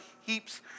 heaps